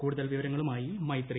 കൂടുതൽ വിവരങ്ങളുമായി മൈത്രി